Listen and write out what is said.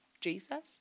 Jesus